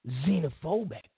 xenophobic